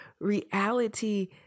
reality